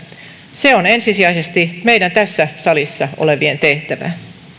se on ensisijaisesti meidän tässä salissa olevien tehtävä